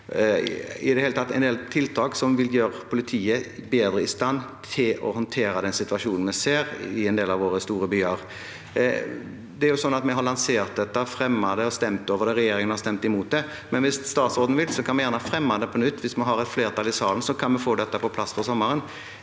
tatt en del tiltak som vil gjøre politiet bedre i stand til å håndtere den situasjonen vi ser i en del av våre store byer. Vi har lansert dette, fremmet det og stemt over det, og regjeringspartiene har stemt imot. Hvis statsråden vil, kan vi gjerne fremme dette på nytt. Hvis vi har et flertall i salen, kan vi få dette på plass før sommeren.